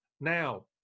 now